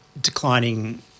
declining